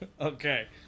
Okay